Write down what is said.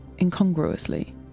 incongruously